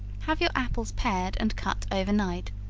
have your apples pared and cut over night,